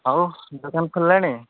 ହଉ ଦୋକାନ ଖୋଲିଲାଣି